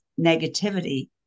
negativity